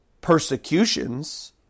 persecutions